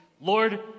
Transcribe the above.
Lord